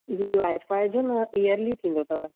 जी wifi जो न yearly थींदो अथव